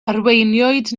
arweiniwyd